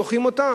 דוחים אותה?